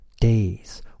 days